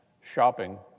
shopping